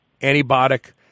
antibiotic